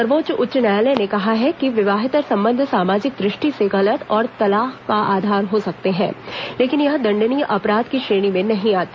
सर्वोच्च न्यायालय ने कहा है कि विवाहेत्तर संबंध सामाजिक दृष्टि से गलत और तलाक का आधार हो सकते हैं लेकिन यह दंडनीय अपराध की श्रेणी में नहीं आते